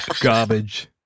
garbage